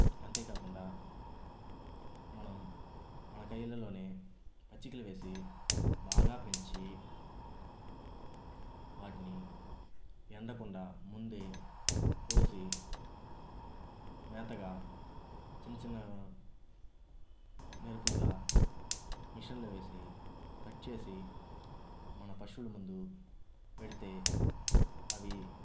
అంతేకాకుండా మనం మన కయ్యెలలోనే పచ్చికలు వేసి బాగా పెంచి వాటిని ఎండకుండా ముందే కోసి మేతగా చిన్నచిన్న మెరుపులుగా మిషన్లో వేసి కట్ చేసి మన పశువుల ముందు పెడితే అవి